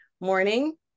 morning